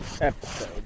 episode